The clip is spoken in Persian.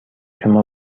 شما